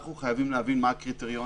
אנחנו חייבם להבין מה הקריטריונים,